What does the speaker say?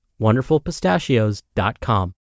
wonderfulpistachios.com